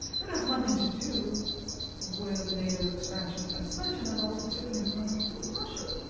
that has nothing to do with nato expansion as such, and it also certainly has nothing to do with russia.